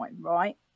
right